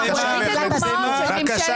בקשה